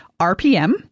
RPM